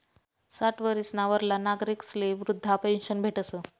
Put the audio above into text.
साठ वरीसना वरला नागरिकस्ले वृदधा पेन्शन भेटस